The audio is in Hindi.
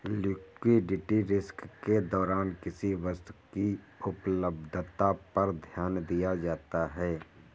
लिक्विडिटी रिस्क के दौरान किसी वस्तु की उपलब्धता पर ध्यान दिया जाता है